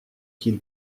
qu’il